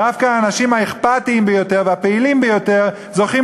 דווקא האנשים האכפתיים ביותר והפעילים ביותר זוכים